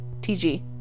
TG